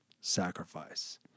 sacrifice